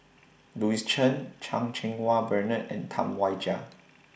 Louis Chen Chan Cheng Wah Bernard and Tam Wai Jia